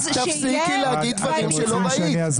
תפסיקי להגיד דברים שלא ראית.